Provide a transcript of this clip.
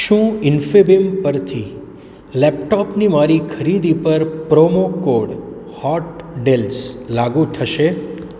શું ઇન્ફીબીમ પરથી લેપટોપની મારી ખરીદી પર પ્રોમો કોડ લાગુ થશે